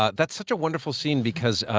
ah that's such a wonderful scene because,